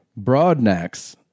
Broadnax